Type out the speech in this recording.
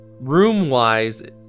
room-wise